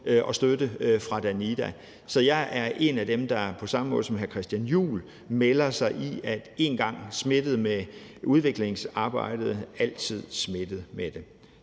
og støtte fra Danida. Så jeg er en af dem, der på samme måde som hr. Christian Juhl istemmer: Én gang smittet med udvalgsarbejdet – altid smittet med det.